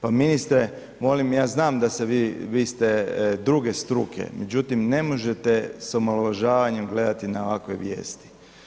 Pa ministre molim, ja znam da vi ste druge struke međutim ne možete sa omalovažavanjem gledati na ovakve vijesti.